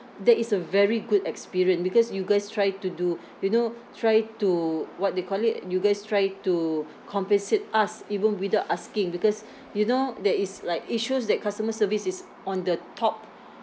that is a very good experience because you guys try to do you know try to what they call it you guys try to compensate us even without asking because you know that is like it shows that customer service is on the top